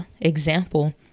example